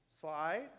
Slide